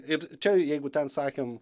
ir čia jeigu ten sakėm